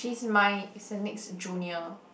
she's my Saint Nics junior